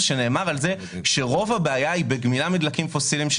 על כך שרוב הבעיה היא בגמילה מדלקים פוסיליים.